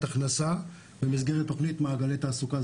הכנסה במסגרת תוכנית מעגלי תעסוקה.